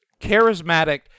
charismatic